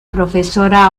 profesora